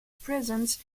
presence